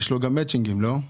יש לו גם מצ'ינג, לא?